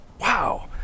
wow